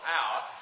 out